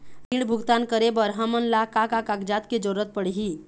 ऋण भुगतान करे बर हमन ला का का कागजात के जरूरत पड़ही?